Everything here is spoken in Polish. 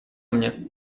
mnie